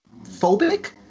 phobic